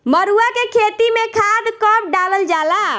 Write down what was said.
मरुआ के खेती में खाद कब डालल जाला?